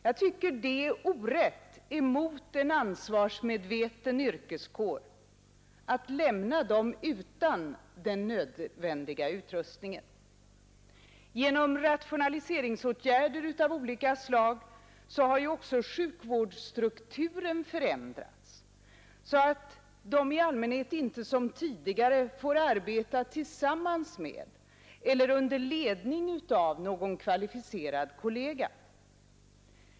Jag tycker det är orätt mot en ansvarsmedveten yrkeskår att lämna den utan den nödvändiga utrustningen. Genom rationaliseringsåtgärder av olika slag har också sjukvårdsstrukturen förändrats, så att de i allmänhet inte som tidigare får arbeta tillsammans med eller under ledning av någon kvalificerad kollega.